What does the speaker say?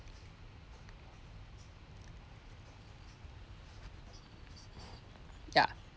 ya